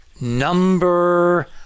number